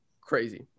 crazy